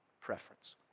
preference